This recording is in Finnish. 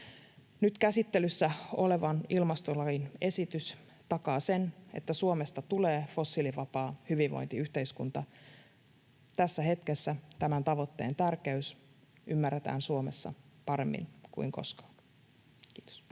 Nyt käsittelyssä olevan ilmastolain esitys takaa sen, että Suomesta tulee fossiilivapaa hyvinvointiyhteiskunta. Tässä hetkessä tämän tavoitteen tärkeys ymmärretään Suomessa paremmin kuin koskaan. — Kiitos.